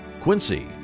Quincy